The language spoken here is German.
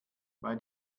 bei